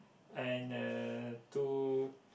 and uh to